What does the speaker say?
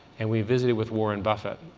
and we visited with warren buffett.